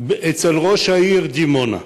אצל ראש העיר דימונה,